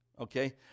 Okay